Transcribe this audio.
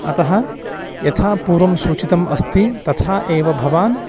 अतः यथापूर्वं सूचितम् अस्ति तथा एव भवान्